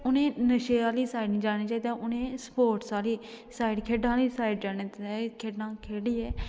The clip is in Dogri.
उ'नें नशे आह्ली साइड निं जाना चाहिदा उ'नें स्पोर्टस आह्ली साइड खेढा आह्ली साइड जाना चाहिदा खेढां खैढियै